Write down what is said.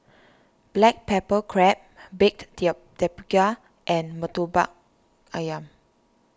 Black Pepper Crab Baked Tapioca and Murtabak Ayam